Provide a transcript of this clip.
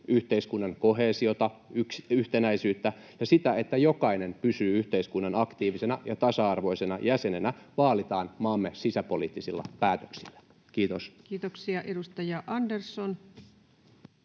yhteiskunnan koheesiota, yhtenäisyyttä, ja sitä, että jokainen pysyy yhteiskunnan aktiivisena ja tasa-arvoisena jäsenenä, vaalitaan maamme sisäpoliittisilla päätöksillä? — Kiitos. [Speech